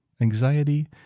Anxiety